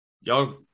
y'all